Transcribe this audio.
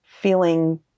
feeling